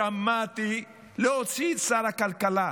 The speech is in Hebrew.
להוציא את שר הכלכלה,